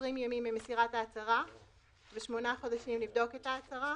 20 ימים ממסירת ההצהרה ושמונה חודשים לבדוק את ההצהרה.